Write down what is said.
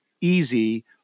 easy